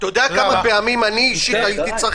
אתה יודע כמה פעמים אני אישית הייתי צריך